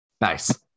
nice